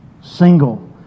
single